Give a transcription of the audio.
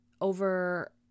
over